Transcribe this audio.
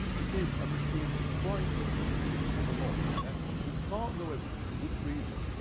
which is a machine that is trying to know a heck of a lot, yeah it can't know everything for this reason.